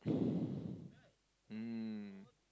mm